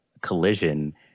collision